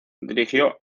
dirigió